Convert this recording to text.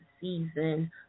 season